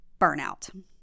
burnout